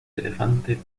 elefante